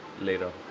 later